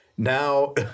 Now